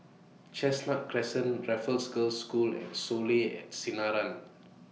Chestnut Crescent Raffles Girls' School and Soleil At Sinaran